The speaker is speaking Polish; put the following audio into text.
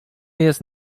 jest